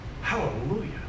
Hallelujah